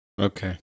Okay